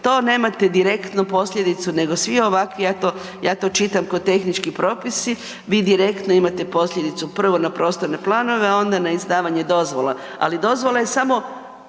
to nema direktno posljedicu nego svi ovakvi ja to čitam ko tehnički propisi, vi direktno imate posljedicu prvo na prostorne planove, a onda na izdavanje dozvola, ali dozvola je samo